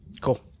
cool